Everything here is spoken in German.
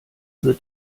wird